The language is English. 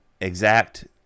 exact